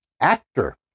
actor